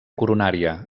coronària